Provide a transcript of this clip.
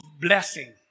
blessing